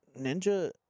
Ninja